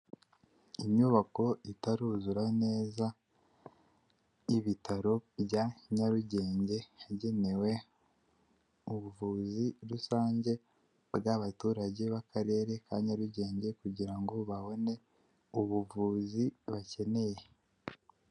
Inyubako itaruzura neza y'ibitaro bya nyarugenge, yagenewe ubuvuzi rusange bw'abaturage bakarere ka nyarugenge, kugirango babone ubuvuzi bakeneye.